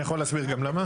אני יכול להסביר גם למה?